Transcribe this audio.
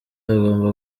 agomba